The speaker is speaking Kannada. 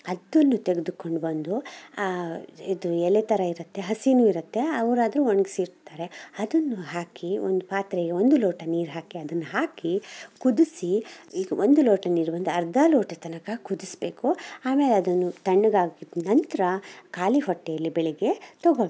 ಅದುನ್ನು ತೆಗ್ದುಕೊಂಡು ಬಂದು ಆ ಇದು ಎಲೆ ಥರ ಇರತ್ತೆ ಹಸಿನೂ ಇರತ್ತೆ ಅವ್ರು ಅದನ್ನು ಒಣಗ್ಸಿಡ್ತಾರೆ ಅದನ್ನು ಹಾಕಿ ಒಂದು ಪಾತ್ರೆಯಲ್ಲಿ ಒಂದು ಲೋಟ ನೀರು ಹಾಕಿ ಅದನ್ನು ಹಾಕಿ ಕುದಿಸಿ ಒಂದು ಲೋಟ ನೀರು ಒಂದು ಅರ್ಧ ಲೋಟದ ತನಕ ಕುದಿಸ್ಬೇಕು ಆಮೇಲೆ ಅದನ್ನು ತಣ್ಣಗಾಗಿದ್ ನಂತ್ರ ಖಾಲಿ ಹೊಟ್ಟೇಲಿ ಬೆಳಗ್ಗೆ ತೊಗೊಬೇಕು